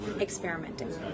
experimenting